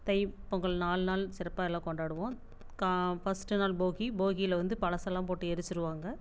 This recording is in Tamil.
தை பொங்கல் நாலு நாள் சிறப்பாக எல்லாம் கொண்டாடுவோம் கா ஃபர்ஸ்ட்டு நாள் போகி போகியில வந்து பழசல்லாம் போட்டு எரிச்சிருவாங்க